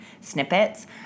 snippets